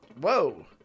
whoa